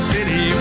City